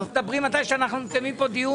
--- אבל ביקשתי שתדברי מתי שאנחנו מקיימים פה דיון.